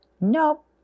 nope